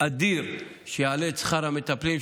אדיר שיעלה את שכר המטפלים,